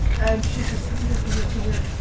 and she says, come here, come here, come here.